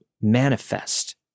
manifest